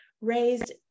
raised